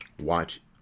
watch